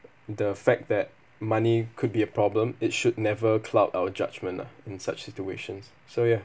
the fact that money could be a problem it should never cloud our judgment lah in such situations so ya